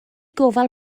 gofal